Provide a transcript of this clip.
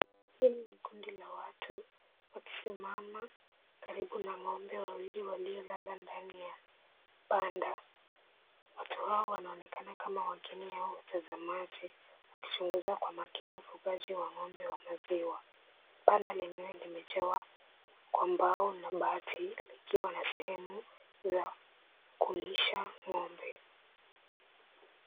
Hili ni kundi la watu wakisimama karibu na ng'ombe wawili waliolala ndani ya banda. Watu hao wanaonekana wageni au watazamaji wakichunguza kwa umakini ufugaji wa ng'ombe wa maziwa. Banda lenyewe limejengwa kwa mbao na bati likiwa na sehemu za kulisha ng'ombe.